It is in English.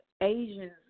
Asians